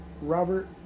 Robert